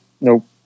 Nope